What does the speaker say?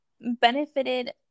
benefited